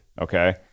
Okay